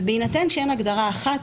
ובהינתן שאין הגדרה אחת,